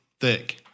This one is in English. thick